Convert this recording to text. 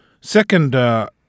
Second –